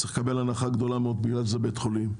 צריך לקבל הנחה גדולה מאוד בגלל שזה בית חולים,